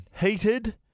heated